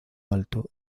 alto